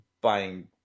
buying